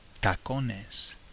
tacones